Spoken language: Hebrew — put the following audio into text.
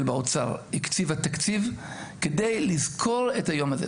והאוצר הקציבו תקציב כדי לזכור את היום הזה.